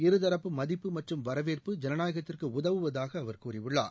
இருதரப்பு மதிப்பு மற்றும் வரவேற்பு ஜனநாயகத்திற்கு உதவுவதாக அவர் கூறியுள்ளார்